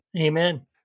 Amen